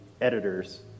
editors